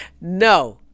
no